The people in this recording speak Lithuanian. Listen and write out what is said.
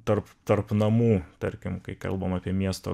tarp tarp namų tarkim kai kalbam apie miesto